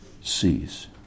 sees